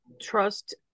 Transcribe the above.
trust